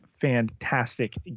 Fantastic